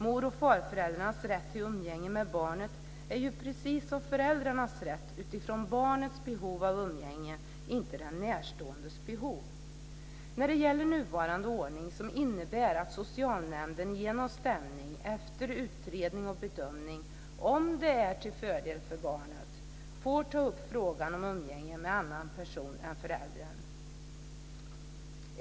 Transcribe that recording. Mor och farföräldrarnas rätt till umgänge med barnet ska ju precis som föräldrarnas rätt ses utifrån barnets behov av umgänge, inte den närståendes behov. Nuvarande ordning innebär att socialnämnden genom stämning - efter utredning och bedömning om det är till fördel för barnet - får ta upp frågan om umgänge med annan person än föräldern.